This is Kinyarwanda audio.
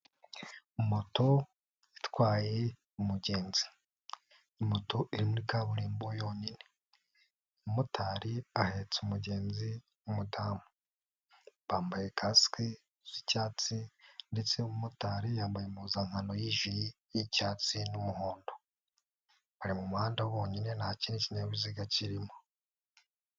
Moto itwaye umugenzi, moto iri muri kaburimbo yonyine, umumotari ahetse umugenzi w'umudamu, bambaye kasike z'icyatsi ndetse umumotari yambaye impuzankano y'ijire y'icyatsi n'umuhondo, bari mu muhanda bonyine nta kindi kinyabiziga kirimo.